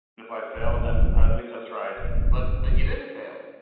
if i fail, then at at least i've tried but. but you didn't fail.